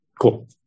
cool